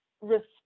respect